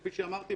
כפי שאמרתי,